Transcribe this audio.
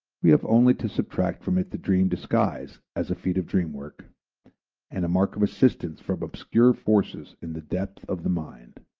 we have only to subtract from it the dream disguise as a feat of dream-work and a mark of assistance from obscure forces in the depth of the mind